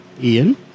Ian